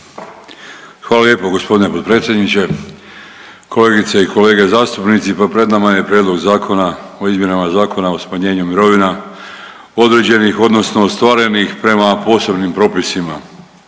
Hvala lijepo gospodine potpredsjedniče. Kolegice i kolege zastupnici pa pred nama je Prijedlog Zakona o izmjenama Zakona o smanjenju mirovina određenih odnosno ostvarenih prema posebnim propisima